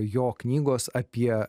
jo knygos apie